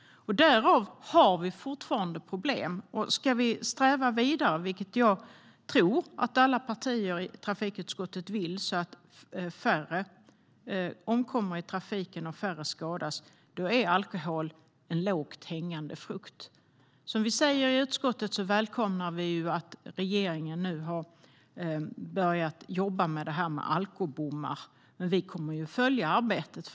Där finns fortfarande problem. Om vi ska sträva vidare, vilket jag tror att alla partier i trafikutskottet vill, så att färre omkommer och skadas i trafiken, då är alkohol en lågt hängande frukt. Utskottet välkomnar att regeringen har börjat jobba med frågan om alkobommar. Vi kommer att följa arbetet.